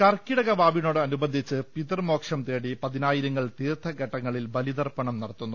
കർക്കിടക വാവിനോടനുബന്ധിച്ച് പിതൃമോക്ഷം തേടി പതി നായിരങ്ങൾ തീർത്ഥഘട്ടങ്ങളിൽ ബലിതർപ്പണം നടത്തുന്നു